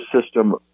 system